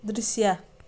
दृश्य